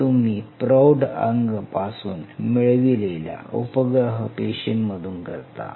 हे तुम्ही प्रौढ अंग पासून मिळवलेल्या उपग्रह पेशींमधून करता